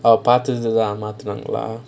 பாத்ததுலாம் மாத்துனாங்களா:paathathulaam maathunaangalaa